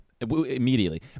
Immediately